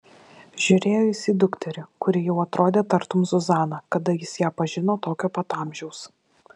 žiūrėjo jis į dukterį kuri jau atrodė tartum zuzana kada jis ją pažino tokio pat amžiaus